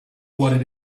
what